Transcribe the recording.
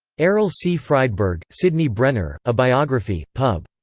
errol c. friedberg sydney brenner a biography, pub.